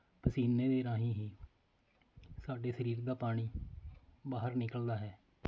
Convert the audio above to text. ਪਸੀਨੇ ਦੇ ਰਾਹੀਂ ਹੀ ਸਾਡੇ ਸਰੀਰ ਦਾ ਪਾਣੀ ਬਾਹਰ ਨਿਕਲਦਾ ਹੈ